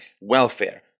welfare